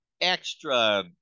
extra